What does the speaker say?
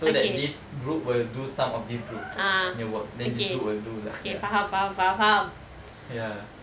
so that this group will do some of this group punya work then this group will do like ya